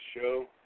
show